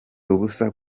ubusa